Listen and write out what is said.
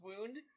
wound